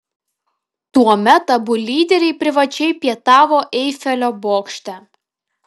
tuomet abu lyderiai privačiai pietavo eifelio bokšte